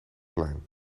plein